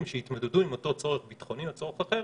שיתמודדו עם אותו צורך ביטחוני או צורך אחר